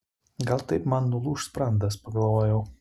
gal taip man nulūš sprandas pagalvojau